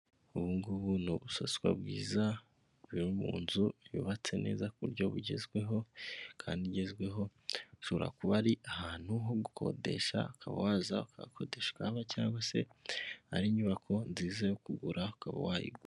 Ubu ngubu n'ubusaswa bwiza buri mu nzu yubatse neza ku buryo bugezweho kandi igezweho, ushobora kuba ari ahantu ho gukodesha akaba waza ukahakodesha ukahaba cyangwa se ari inyubako nziza yo kugura ukaba wayigura.